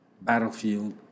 battlefield